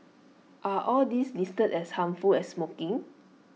are all these listed as harmful as smoking